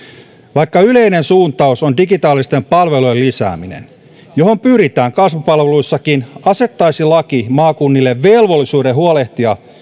vaikka yleinen suuntaus on digitaalisten palvelujen lisääminen johon pyritään kasvupalveluissakin asettaisi laki maakunnille velvollisuuden huolehtia